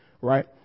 right